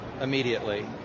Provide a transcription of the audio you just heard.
immediately